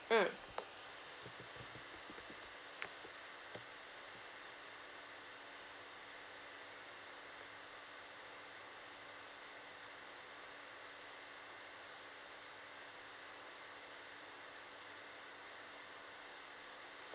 mm